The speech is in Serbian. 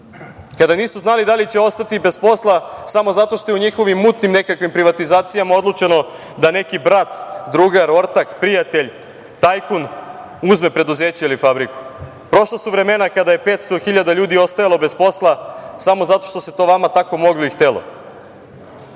kada nisu znali da li će ostati bez posla samo zato što u njihovim mutinim nekakvim privatizacijama odlučeno da neki brat, drugar, ortak, prijatelj, tajkun uzme preduzeće ili fabriku. Prošla su vremena kada je 500 hiljada ljudi ostalo bez posla samo zato što se to vama tako moglo i htelo.